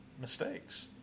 mistakes